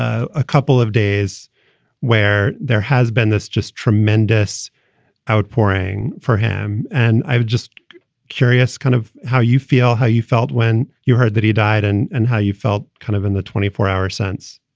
ah a couple of days where there has been this just tremendous outpouring for him. and i was just curious kind of how you feel, how you felt when you heard that he died and and how you felt kind of in the twenty four hours since,